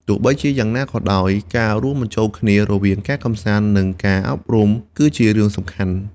ទោះបីជាយ៉ាងណាក៏ដោយ ការរួមបញ្ចូលគ្នារវាងការកម្សាន្តនិងការអប់រំគឺជារឿងសំខាន់។